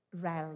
realm